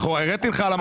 הראיתי לך על הלוח.